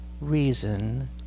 reason